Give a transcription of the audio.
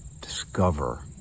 discover